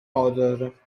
horror